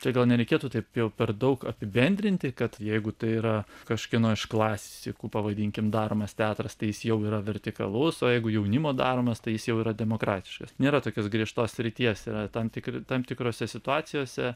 tai gal nereikėtų taip jau per daug apibendrinti kad jeigu tai yra kažkieno iš klasikų pavadinkim daromas teatras tai jis jau yra vertikalus o jeigu jaunimo daromas tai jis jau yra demokratiškas nėra tokios griežtos srities yra tam tikri tam tikrose situacijose